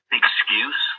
excuse